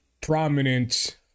prominent